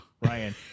Ryan